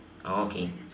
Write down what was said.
okay